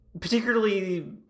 particularly